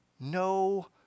No